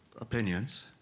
opinions